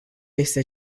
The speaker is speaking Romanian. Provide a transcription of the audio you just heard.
este